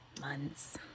months